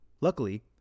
Luckily